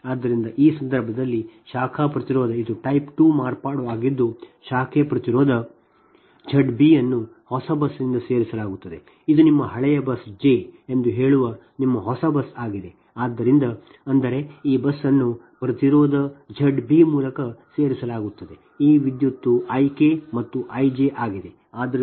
ಆದ್ದರಿಂದ ಈ ಸಂದರ್ಭದಲ್ಲಿ ಶಾಖೆ ಪ್ರತಿರೋಧ ಇದು ಟೈಪ್ 2 ಮಾರ್ಪಾಡು ಆಗಿದ್ದು ಶಾಖೆ ಪ್ರತಿರೋಧ Z b ಅನ್ನು ಹೊಸ ಬಸ್ನಿಂದ ಸೇರಿಸಲಾಗುತ್ತದೆ ಇದು ನಿಮ್ಮ ಹಳೆಯ ಬಸ್ jಜೆ ಎಂದು ಹೇಳುವ ಹೊಸ ಬಸ್ ಆಗಿದೆ ಅಂದರೆ ಈ ಬಸ್ ಅನ್ನು ಪ್ರತಿರೋಧ Z b ಮೂಲಕ ಸೇರಿಸಲಾಗುತ್ತದೆ ಈ ವಿದ್ಯುತ್ I k ಇದು I j ಆಗಿದೆ